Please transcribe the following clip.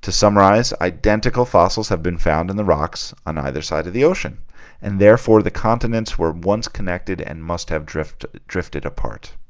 to summarize identical fossils have been found in the rocks on either side of the ocean and therefore the continents were once connected and must have drift drifted apart